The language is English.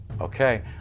Okay